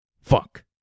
fuck